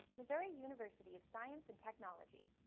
missouri university of science and technology.